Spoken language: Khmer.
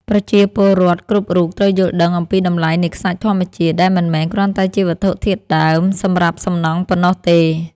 ប្រជាពលរដ្ឋគ្រប់រូបត្រូវយល់ដឹងអំពីតម្លៃនៃខ្សាច់ធម្មជាតិដែលមិនមែនគ្រាន់តែជាវត្ថុធាតុដើមសម្រាប់សំណង់ប៉ុណ្ណោះទេ។